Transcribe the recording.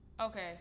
Okay